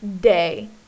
day